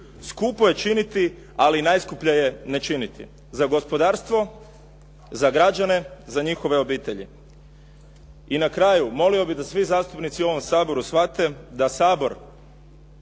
Skupo je činiti, ali najskuplje je ne činiti. Za gospodarstvo, za građane, za njihove obitelji. I na kraju molio bih da svi zastupnici u ovom Saboru shvate da Sabor